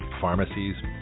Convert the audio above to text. pharmacies